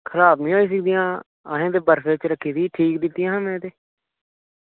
खराब निं होई सकदियां असें ते बर्फ च रक्खी दी ही ठीक ते दित्तियां हियां में